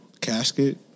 casket